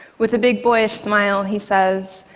with a big boyish smile he says,